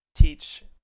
teach